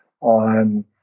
on